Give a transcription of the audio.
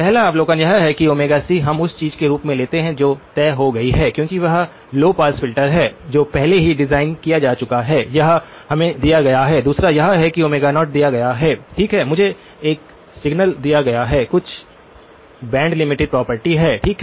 पहला अवलोकन यह है कि c हम उस चीज़ के रूप में लेते हैं जो तय हो गई है क्योंकि वह लौ पास फ़िल्टर है जो पहले ही डिज़ाइन किया जा चुका है और यह हमें दिया गया है दूसरा यह है कि 0 दिया गया है ठीक है मुझे एक सिग्नल दिया गया है कुछ बैंड लिमिटेड प्रॉपर्टी है ठीक